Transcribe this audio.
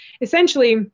essentially